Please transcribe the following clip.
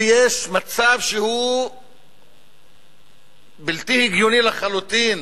ויש מצב שהוא בלתי הגיוני לחלוטין